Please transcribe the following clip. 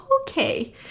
okay